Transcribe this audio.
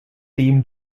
team